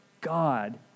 God